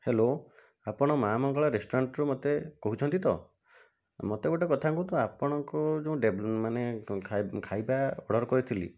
hello ଆପଣ ମାଁ ମଙ୍ଗଳା ରେଷ୍ଟୁରାଣ୍ଟ୍ରୁ ମୋତେ କହୁଛନ୍ତି ତ ମୋତେ ଗୋଟେ କଥା କୁହନ୍ତୁ ଆପଣଙ୍କୁ ଯେଉଁ ମାନେ ଖାଇବା ଖାଇବା ଅର୍ଡ଼ର୍ କରିଥିଲି